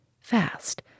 Fast